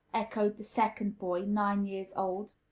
echoed the second boy, nine years old.